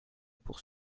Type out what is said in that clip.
pour